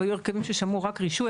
והיו הרכבים ששמעו רק רישוי.